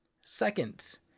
Second